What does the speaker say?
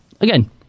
again